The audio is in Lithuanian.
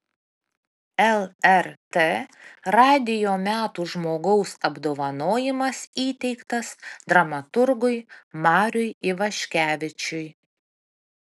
lrt radijo metų žmogaus apdovanojimas įteiktas dramaturgui mariui ivaškevičiui